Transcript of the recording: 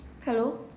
hello